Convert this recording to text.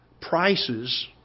prices